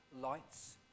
lights